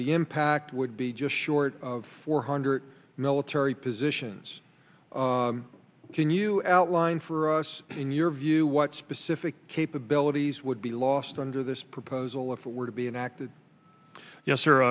the impact would be just short of four hundred military positions can you outline for us in your view what specific capabilities would be lost under this proposal if it were to be enacted yes sir